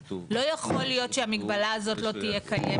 לא יכול להיות שהמגבלה הזאת לא תהיה קיימת.